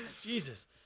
Jesus